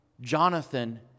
Jonathan